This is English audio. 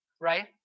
Right